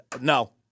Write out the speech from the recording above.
no